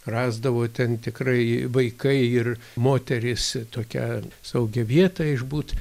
rasdavo ten tikrai vaikai ir moterys tokią saugią vietą išbūt